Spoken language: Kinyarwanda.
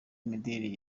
imideli